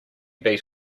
beat